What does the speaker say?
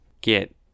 get